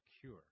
cure